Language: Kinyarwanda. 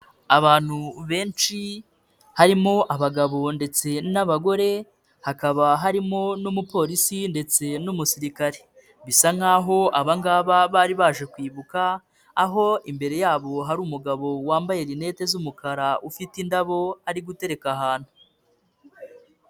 Abantu benshi, harimo abagabo ndetse n'abagore, hakaba harimo n'umupolisi ndetse n'umusirikare. Bisa nk'aho abanga bari baje kwibuka, aho imbere yabo hari umugabo wambaye linete z'umukara, ufite indabo ari gutereka ahantu.